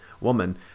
woman